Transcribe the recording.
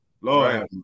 Lord